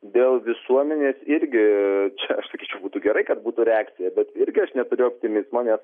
dėl visuomenės irgi čia aš sakyčiau būtų gerai kad būtų reakcija bet irgi aš neturiu optimizmo nes